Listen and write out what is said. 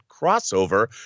crossover